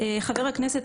חבר הכנסת,